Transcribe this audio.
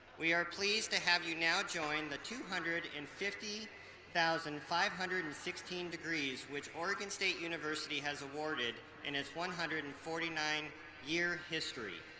we are pleased to have you now join the two hundred and fifty thousand five hundred and sixteen degrees which oregon state university has awarded in its one hundred and forty nine year history.